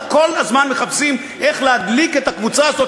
שכל הזמן מחפשים איך להדליק את הקבוצה הזאת